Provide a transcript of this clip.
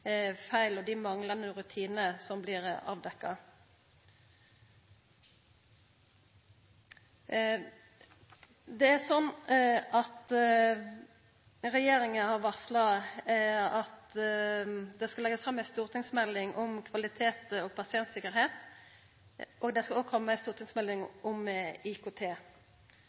og dei manglande rutinane som blir avdekte. Det er sånn at regjeringa har varsla at det skal leggjast fram ei stortingsmelding om kvalitet og pasientsikkerheit. Det skal òg koma ei stortingsmelding om IKT.